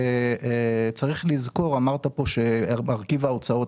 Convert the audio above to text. דיברת כאן על מרכיב ההוצאות.